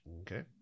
Okay